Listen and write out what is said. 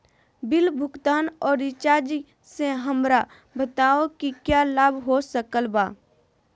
Bill भुगतान और recharge से हमरा बताओ कि क्या लाभ हो सकल बा?